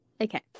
Okay